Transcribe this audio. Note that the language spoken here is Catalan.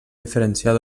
diferenciar